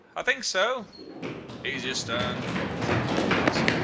i think so easy astern said the gruff voice.